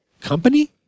Company